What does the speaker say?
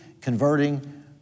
converting